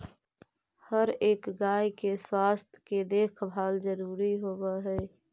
हर एक गाय के स्वास्थ्य के देखभाल जरूरी होब हई